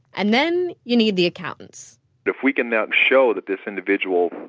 and then you need the accountants if we can now show that this individual,